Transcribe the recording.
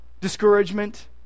discouragement